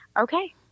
Okay